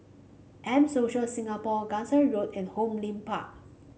M Social Singapore Gangsa Road and Hong Lim Park